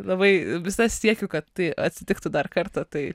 labai visas siekiu kad tai atsitiktų dar kartą tai